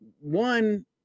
One